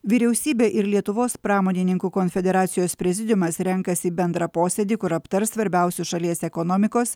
vyriausybė ir lietuvos pramonininkų konfederacijos prezidiumas renkasi į bendrą posėdį kur aptars svarbiausius šalies ekonomikos